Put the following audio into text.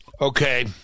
okay